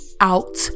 out